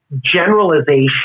generalization